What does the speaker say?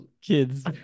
Kids